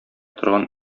торган